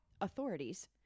authorities